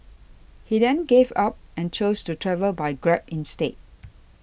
he then gave up and chose to travel by Grab instead